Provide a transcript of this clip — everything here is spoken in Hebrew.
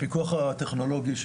הפיקוח הטכנולוגי,